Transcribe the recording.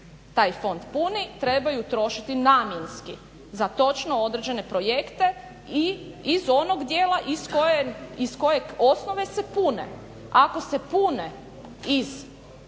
taj fond puni trebaju trošiti namjenski za točno određene projekte i iz onog dijela iz kojeg osnove se pune, ako se pune iz